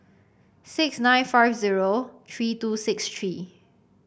six nine five zero three two six three